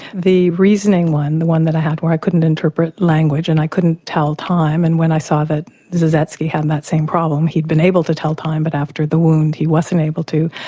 the reasoning one, the one that i had where i couldn't interpret language and i couldn't tell time and when i saw that zazetsky had the same problem, he'd been able to tell time but after the wound he wasn't able to,